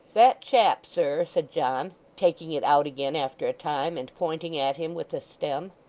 that chap, sir said john, taking it out again after a time, and pointing at him with the stem,